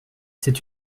c’est